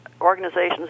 organizations